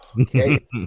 okay